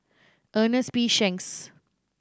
Ernest P Shanks